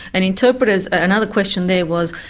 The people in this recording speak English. and interpreters, another question there was,